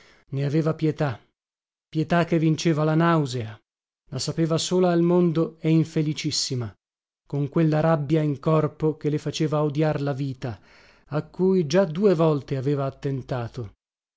ne aveva pietà pietà che vinceva la nausea la sapeva sola al mondo e infelicissima con quella rabbia in corpo che le faceva odiar la vita a cui già due volte aveva attentato